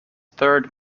third